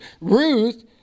Ruth